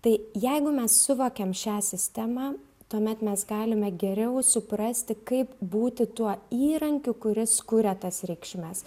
tai jeigu mes suvokiam šią sistemą tuomet mes galime geriau suprasti kaip būti tuo įrankiu kuris kuria tas reikšmes